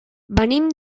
venim